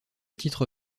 titre